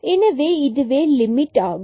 எனவே இதுவே லிமிட் ஆகும்